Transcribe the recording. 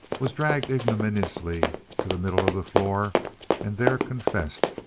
was dragged ignominiously to the middle of the floor and there confessed,